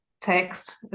text